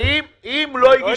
כמו שאני לא דן